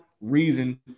reason